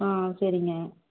ஆ சரிங்க